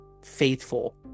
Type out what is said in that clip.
faithful